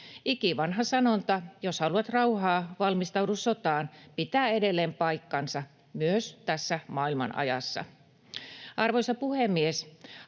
Ikivanha sanonta ”jos haluat rauhaa, valmistaudu sotaan” pitää edelleen paikkansa myös tässä maailmanajassa. Arvoisa puhemies!